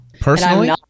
personally